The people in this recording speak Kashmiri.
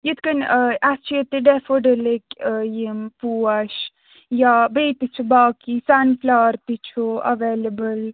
یِتھ کٔنۍ ٲں اسہِ چھِ ییٚتہِ ڈیٚفوڈلٕکۍ ٲں یِم پوش یا بیٚیہِ تہِ چھِ باقٕے سَن فٕلوَر تہِ چھُ ایٚویلیبٕل